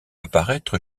apparaître